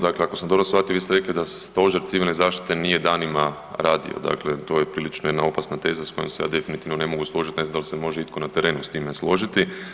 Dakle, ako sam dobro shvatio vi ste rekli da stožer civilne zaštite nije danima radio, dakle to je prilično jedna opasna teza s kojom se ja definitivno ne mogu složiti ne znam da li se može itko na terenu s time složiti.